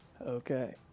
Okay